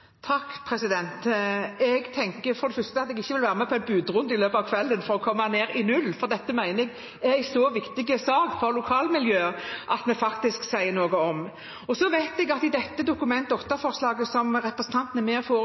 Jeg tenker for det første at jeg ikke vil være med på en budrunde i løpet av kvelden for å komme ned i null, for dette mener jeg er en sak som det er så viktig for lokalmiljøer at vi faktisk sier noe om. Så vet jeg at i dette Dokument 8-forslaget, som representanten er med